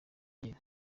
iryera